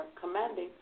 commanding